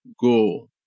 go